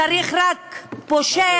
צריך רק פושע,